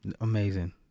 Amazing